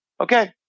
Okay